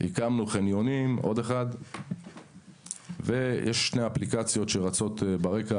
הקמנו חניונים ויש שתי אפליקציות שרצות ברקע,